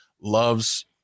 loves